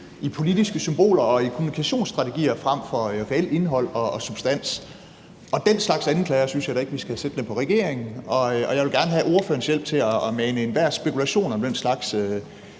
i politiske symboler og i kommunikationsstrategier frem for reelt indhold og substans. Og den slags anklager synes jeg da ikke vi skal have siddende på regeringen. Jeg vil gerne have ordførerens hjælp til at mane enhver spekulation om den slags